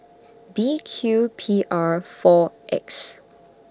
B Q P R four X